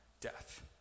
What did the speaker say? death